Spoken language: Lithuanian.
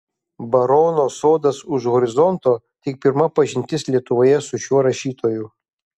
barono sodas už horizonto tik pirma pažintis lietuvoje su šiuo rašytoju